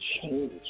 change